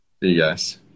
yes